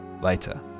later